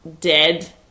dead